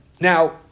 Now